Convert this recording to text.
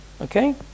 Okay